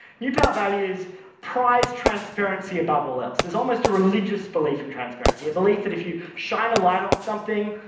new power values prize transparency above all else. it's almost a religious belief in transparency, a belief that if you shine a light on something,